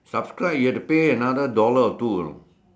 subscribe you have to pay another dollar or two hollow